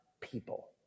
people